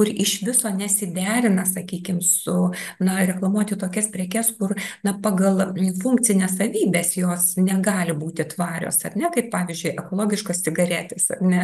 kur iš viso nesiderina sakykim su na reklamuoti tokias prekes kur na pagal funkcines savybes jos negali būti tvarios ar ne kaip pavyzdžiui ekologiškos cigaretės ar ne